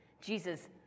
Jesus